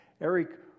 Eric